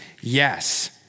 yes